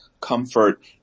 comfort